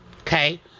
Okay